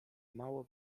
mało